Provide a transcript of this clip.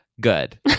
good